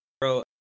Bro